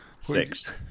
Six